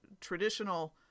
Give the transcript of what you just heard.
traditional